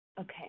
Okay